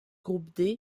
groupe